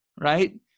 Right